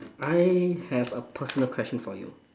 I have a personal question for you